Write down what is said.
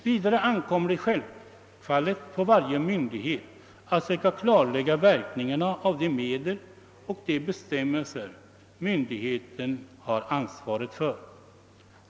Vidare ankommer det självfallet på varje myndighet att söka klarlägga verkningarna av de medel och de bestämmelser myndigheten har ansvaret för.